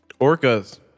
Orcas